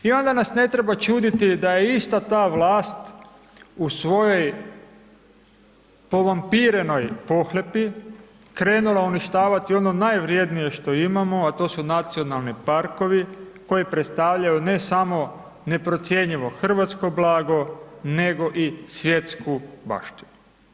I onda nas ne treba čuditi da je ista ta vlast u svojoj povampirenoj pohlepi krenula uništavati ono najvrijednije što imamo, a to su nacionalni parkovi koji predstavljaju ne samo neprocjenjivo hrvatsko blago nego i svjetsku baštinu.